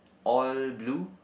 all blue